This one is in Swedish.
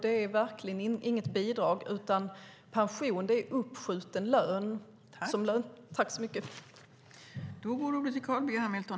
Det är verkligen inget bidrag, utan pension är uppskjuten lön.